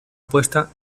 puesta